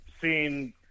seen